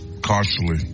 cautiously